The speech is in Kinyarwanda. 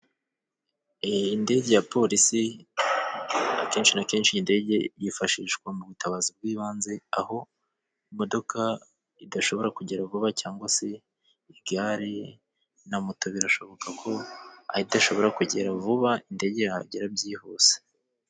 Indege ya polisi akenshi na kenshi iyi indege yifashishwa mu butabazi bw'ibanze, aho imodoka idashobora kugera vuba cyangwa se igare na moto. Birashoboka ko aho idashobora kugera vuba, indege yahagera byihuse.